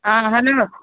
hello